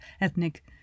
ethnic